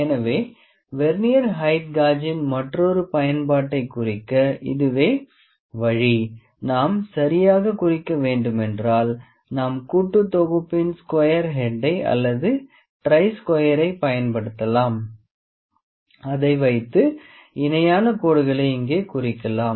எனவே vernier height காஜின் மற்றொரு பயன்பாட்டைக் குறிக்க இதுவே வழி நாம் சரியாகக் குறிக்க வேண்டும் என்றால் நாம் கூட்டுத் தொகுப்பின் ஸ்குயர் ஹெட்டை அல்லது ட்ரை ஸ்குயறை பயன்படுத்தலாம் அதை வைத்து இணையான கோடுகளை இங்கே குறிக்கலாம்